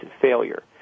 failure